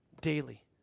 daily